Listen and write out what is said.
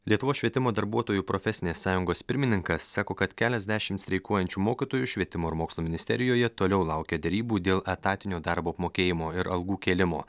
lietuvos švietimo darbuotojų profesinės sąjungos pirmininkas sako kad keliasdešimt streikuojančių mokytojų švietimo ir mokslo ministerijoje toliau laukia derybų dėl etatinio darbo apmokėjimo ir algų kėlimo